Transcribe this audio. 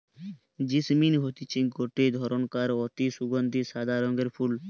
jasmine হতিছে গটে ধরণকার অতি সুগন্ধি সাদা রঙের ফুল